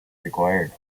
required